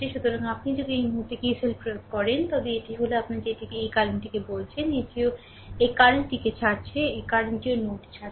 সুতরাং আপনি যদি এই মুহুর্তে KCL প্রয়োগ করেন তবে এটি হল আপনি যেটিকে এই কারেন্ট বলছেন এটিও এই কারেন্ট টিকে ছাড়ছে এই কারেন্ট টিও নোড ছাড়ছে